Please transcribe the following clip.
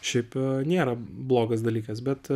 šiaip nėra blogas dalykas bet